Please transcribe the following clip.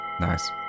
Nice